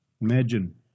Imagine